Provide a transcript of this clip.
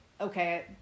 okay